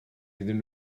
iddyn